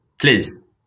Please